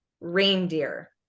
reindeer